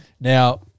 Now